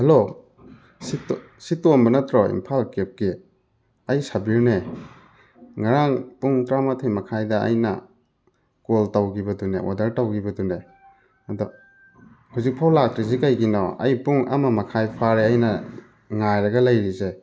hello ꯁꯤ ꯁꯤ ꯇꯣꯝꯕ ꯅꯠꯇ꯭ꯔꯣ ꯏꯝꯐꯥꯜ ꯀꯦꯞꯀꯤ ꯑꯩ ꯁꯕꯤꯔꯅꯦ ꯉꯔꯥꯡ ꯄꯨꯡ ꯇꯔꯥꯃꯥꯊꯣꯏ ꯃꯈꯥꯏꯗ ꯑꯩꯅ ꯀꯣꯜ ꯇꯧꯈꯤꯕꯗꯨꯅꯦ ꯑꯣꯔꯗꯔ ꯇꯧꯈꯤꯕꯗꯨꯅꯦ ꯑꯗꯣ ꯍꯧꯖꯤꯛꯐꯥꯎ ꯂꯥꯛꯇ꯭ꯔꯤꯁꯤ ꯀꯩꯒꯤꯅꯣ ꯑꯩ ꯄꯨꯡ ꯑꯃ ꯃꯈꯥꯏ ꯐꯥꯔꯦ ꯑꯩꯅ ꯉꯥꯏꯔꯒ ꯂꯩꯔꯤꯁꯦ